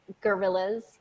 Gorillas